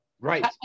Right